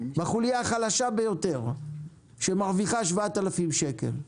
בחוליה החלשה ביותר שמרוויחה 7,000 שקל.